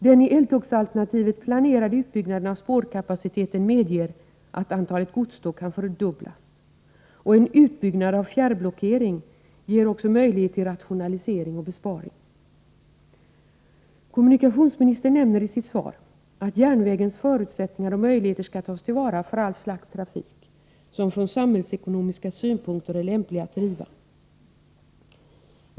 Den i eltågsalternativet planerade utbyggnaden av spårkapaciteten medger att antalet godståg kan fördubblas. Också en utbyggnad av fjärrblockeringen ger möjlighet till rationalisering och besparing. Kommunikationsministern nämner i sitt svar att järnvägens förutsättningar och möjligheter skall tas till vara för all slags trafik som från samhällsekonomiska synpunkter är lämplig att driva.